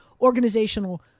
organizational